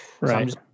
right